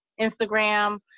Instagram